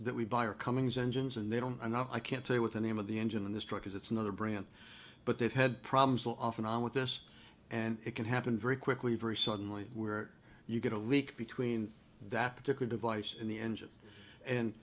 that we buy are cummings engines and they don't and i can't tell you what the name of the engine in this truck is it's another brand but they've had problems off and on with this and it can happen very quickly very suddenly where you get a leak between that particular device in the engine and